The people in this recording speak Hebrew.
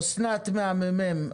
אסנת מהממ"מ,